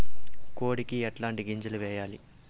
కోడికి ఎట్లాంటి గింజలు వేయాలి?